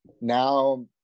now